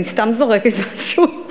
אני סתם זורקת משהו.